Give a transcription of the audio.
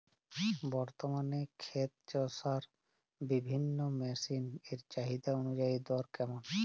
বর্তমানে ক্ষেত চষার বিভিন্ন মেশিন এর চাহিদা অনুযায়ী দর কেমন?